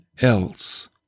else